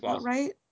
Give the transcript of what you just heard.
right